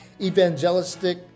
evangelistic